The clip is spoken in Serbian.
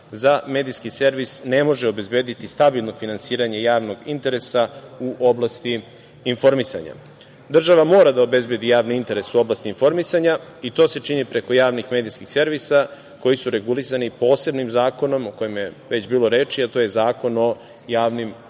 za medijski servis ne može obezbediti stabilno finansiranje javnog interesa u oblasti informisanja. Država mora da obezbedi javni interes u oblasti informisanja i to se čini preko javnih medijskih servisa koji su regulisani posebnim zakonom, o kojem je već bilo reči, a to je Zakon o javnim medijskim